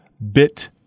bit